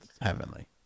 heavenly